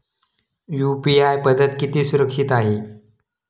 UPI पद्धत किती सुरक्षित आहे?